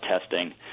testing